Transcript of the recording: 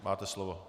Máte slovo.